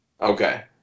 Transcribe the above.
Okay